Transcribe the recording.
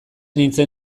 nintzen